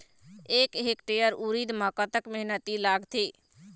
एक हेक्टेयर उरीद म कतक मेहनती लागथे?